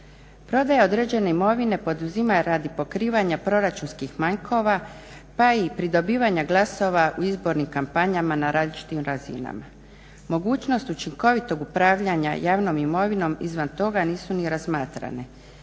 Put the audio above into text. Prodaja određene imovine poduzima radi pokrivanja proračunskih manjkova pa i pridobivanja glasova u izbornim kampanja na različitim razinama. Mogućnost učinkovitog upravljanja javnom imovinom izvan toga nisu ni razmatrane.